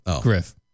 Griff